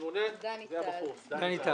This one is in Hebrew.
הממונה זה הבחור, דני.